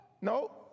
No